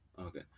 Okay